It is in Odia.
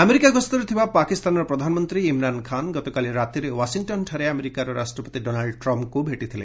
ଆମେରିକା ଗସ୍ତରେ ଥିବା ପାକିସ୍ତାନର ପ୍ରଧାନମନ୍ତ୍ରୀ ଇମ୍ରାନ୍ ଖାନ୍ ଗତକାଲି ରାତିରେ ୱାଶିଂଟନ୍ଠାରେ ଆମେରିକାର ରାଷ୍ଟ୍ରପତି ଡୋନାଲ୍ଚ ଟ୍ରମ୍ଙ୍କୁ ଭେଟିଥିଲେ